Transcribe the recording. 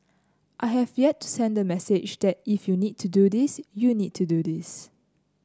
I have yet to send the message that if you need to do this you need to do this